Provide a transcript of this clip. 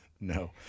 No